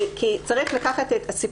צריך לקחת את כל